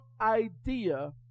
idea